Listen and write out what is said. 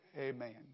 Amen